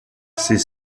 ces